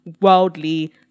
worldly